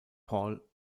paul